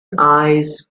eyes